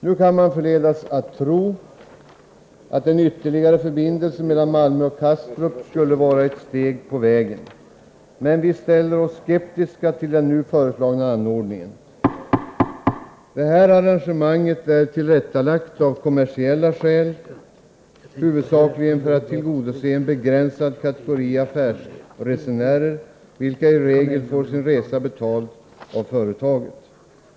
Nu kan man kanske förledas tro att en ytterligare förbindelse mellan Malmö och Kastrup skulle vara ett steg på vägen. Men vi ställer oss skeptiska till den nu föreslagna anordningen. Det här arrangemanget är tillrättalagt av kommersiella skäl, huvudsakligen för att tillgodose en begränsad kategori affärsresenärer, vilka i regel får sin resa betald av företaget.